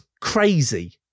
Crazy